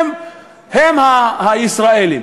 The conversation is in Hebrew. הם הישראלים.